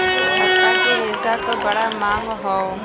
पत्ता के रेशा क बड़ा मांग हौ